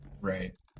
right